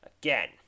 Again